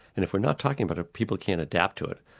and if we're not talking about it, people can't adapt to it.